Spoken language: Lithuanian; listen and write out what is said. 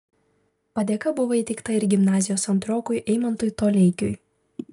padėka buvo įteikta ir gimnazijos antrokui eimantui toleikiui